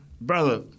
Brother—